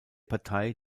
partei